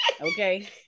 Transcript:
Okay